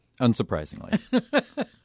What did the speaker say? Unsurprisingly